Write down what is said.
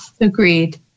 Agreed